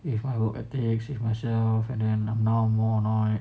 if I work at the exchange myself and then now more annoyed